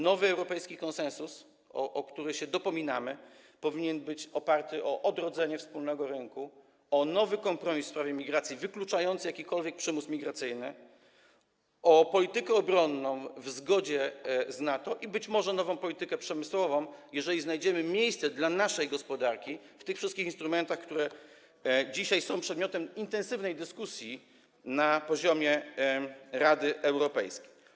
Nowy europejski konsensus, o który się dopominamy, powinien być oparty o odrodzenie wspólnego rynku, o nowy kompromis w sprawie migracji wykluczający jakikolwiek przymus migracyjny, o politykę obronną w zgodzie z NATO i być może nową politykę przemysłową, jeżeli znajdziemy miejsce dla naszej gospodarki w tych wszystkich instrumentach, które dzisiaj są przedmiotem intensywnej dyskusji na poziomie Rady Europejskiej.